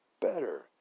better